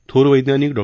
थोर वैजानिक डॉ